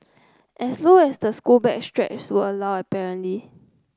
as low as the school bag straps would allow apparently